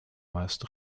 meist